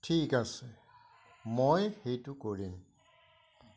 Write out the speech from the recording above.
ঠিক আছে মই সেইটো কৰিম